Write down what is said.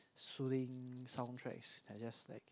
soothing soundtracks are just like